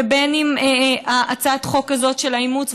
ואם הצעת החוק הזאת של האימוץ.